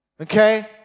Okay